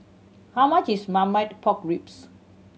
how much is Marmite Pork Ribs